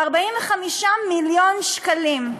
ב-45 מיליון שקלים.